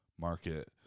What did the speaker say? market